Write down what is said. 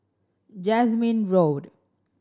Jasmine Road